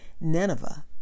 Nineveh